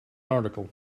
article